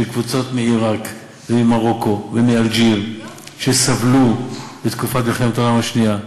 קבוצות מעיראק וממרוקו ומאלג'יר שסבלו בתקופת מלחמת העולם השנייה.